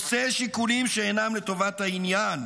עושה שיקולים שאינם לטובת העניין.